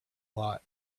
lot